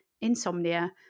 insomnia